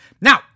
Now